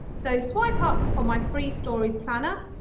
so swipe up for my free stories planner.